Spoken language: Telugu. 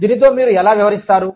దీనితో మీరు ఎలా వ్యవహరిస్తారు